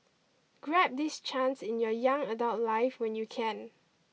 grab this chance in your young adult life when you can